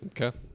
Okay